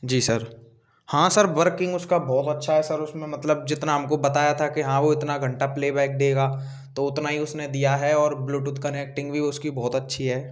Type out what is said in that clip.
जी sir हाँ sir working उसका बहुत अच्छा है सर उसमें मतलब जितना हमको बताया था कि हाँ वो इतना घंटा प्ले बैक देगा तो उतना ही उसने दिया है और ब्लूटूथ कनेक्टिंग भी उसकी बहुत अच्छी है